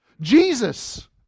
Jesus